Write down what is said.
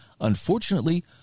Unfortunately